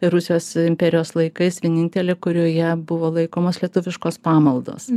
rusijos imperijos laikais vienintelė kurioje buvo laikomos lietuviškos pamaldos